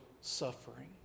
suffering